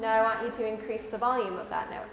and i want you to increase the volume of that no